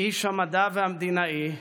איש המדע והמדינאי,